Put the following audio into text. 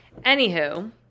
Anywho